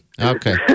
Okay